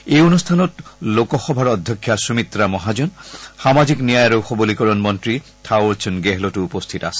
এই অনুষ্ঠানত লোক সভাৰ অধ্যক্ষা সুমিত্ৰা মহাজন সামাজিক ন্যায় আৰু সবলীকৰণ মন্ত্ৰী থাৱৰচন্দ গেহলতো উপস্থিত আছিল